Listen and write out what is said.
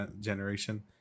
generation